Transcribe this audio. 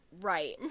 Right